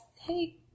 hey